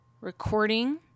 recording